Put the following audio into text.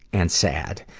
and sad.